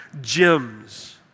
gems